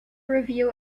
review